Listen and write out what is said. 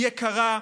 היא יקרה,